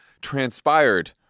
transpired